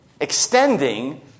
extending